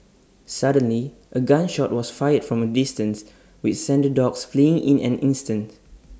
suddenly A gun shot was fired from A distance which sent the dogs fleeing in an instant